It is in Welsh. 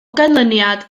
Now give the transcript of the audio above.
ganlyniad